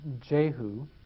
Jehu